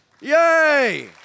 Yay